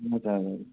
हजुर हजुर